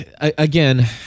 again